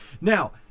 Now